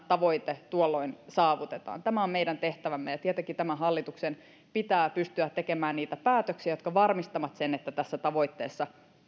tavoite tuolloin saavutetaan tämä on meidän tehtävämme ja tietenkin tämän hallituksen pitää pystyä tekemään niitä päätöksiä jotka varmistavat sen että tässä tavoitteessa